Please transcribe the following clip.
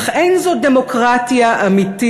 אך אין זו דמוקרטיה אמיתית.